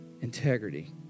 integrity